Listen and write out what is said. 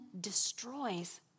destroys